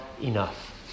enough